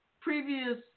previous